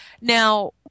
Now